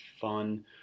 fun